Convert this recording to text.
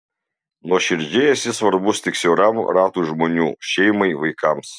nuoširdžiai esi svarbus tik siauram ratui žmonių šeimai vaikams